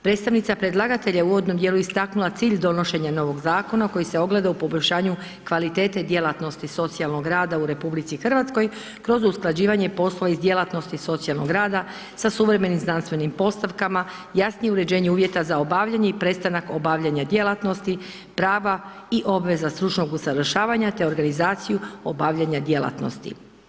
Predstavnica predlagatelja je u uvodnom dijelu istaknula cilj donošenja novog Zakona koji se ogleda u poboljšanju kvalitete djelatnosti socijalnog rada u RH kroz usklađivanje poslova iz djelatnosti socijalnog rada sa suvremenim znanstvenim postavkama, jasnije uređenje uvjeta za obavljanje i prestanak obavljanja djelatnosti, prava i obveza stručnog usavršavanja, te organizaciju obavljanja djelatnosti.